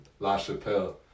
LaChapelle